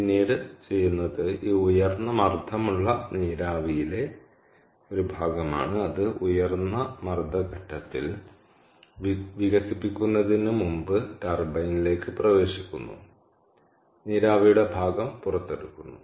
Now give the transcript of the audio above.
പിന്നീട് ചെയ്യുന്നത് ഈ ഉയർന്ന മർദ്ദമുള്ള നീരാവിയിലെ ഒരു ഭാഗമാണ് അത് ഉയർന്ന മർദ്ദ ഘട്ടത്തിൽ വികസിപ്പിക്കുന്നതിനുമുമ്പ് ടർബൈനിലേക്ക് പ്രവേശിക്കുന്നു നീരാവിയുടെ ഭാഗം പുറത്തെടുക്കുന്നു